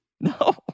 No